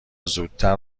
زودتر